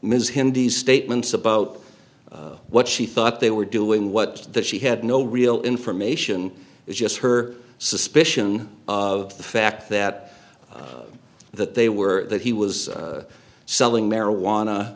ms hindis statements about what she thought they were doing what that she had no real information is just her suspicion of the fact that that they were that he was selling marijuana